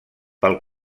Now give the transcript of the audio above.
pel